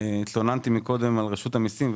התלוננתי קודם על רשות המיסים.